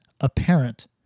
apparent